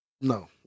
No